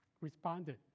responded